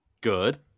good